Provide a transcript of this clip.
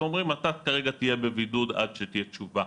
אז אומרים שכרגע הוא יהיה בבידוד עד שתהיה תשובה.